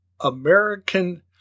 American